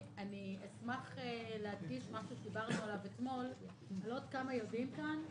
אשמח להדגיש משהו שדיברנו עליו ועוד כמה יודעים כאן,